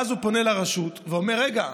ואז הוא פונה לרשות ואומר: רגע,